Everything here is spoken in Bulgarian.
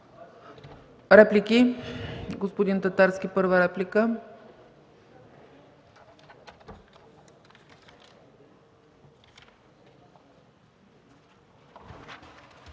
Реплики? Господин Татарски – първа реплика.